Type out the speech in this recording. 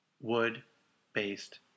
wood-based